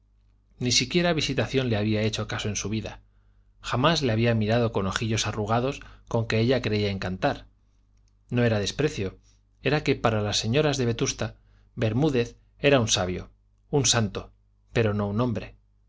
ni siquiera visitación le había hecho caso en su vida jamás le había mirado con los ojillos arrugados con que ella creía encantar no era desprecio era que para las señoras de vetusta bermúdez era un sabio un santo pero no un hombre